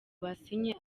basinye